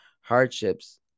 hardships